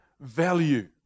value